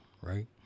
right